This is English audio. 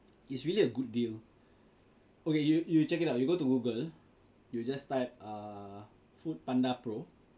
it's really a good deal okay you you check it out you go to Google you just type err Foodpanda pro